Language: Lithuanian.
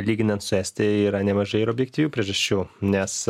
lyginant su estija yra nemažai objektyvių priežasčių nes